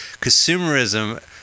Consumerism